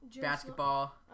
Basketball